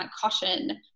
caution